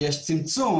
כלומר,